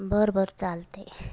बरं बरं चालत आहे